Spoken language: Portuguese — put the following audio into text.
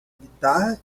guitarra